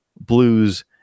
blues